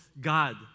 God